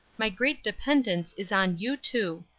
my great dependence is on you two.